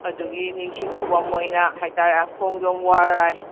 ꯑꯗꯨꯒꯤ ꯅꯤꯡꯁꯤꯡ ꯈꯨꯕꯝ ꯑꯣꯏꯅ ꯍꯥꯏꯇꯥꯔꯦ ꯈꯣꯡꯖꯣꯝ ꯋꯥꯔ